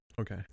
Okay